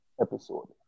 episode